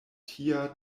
tia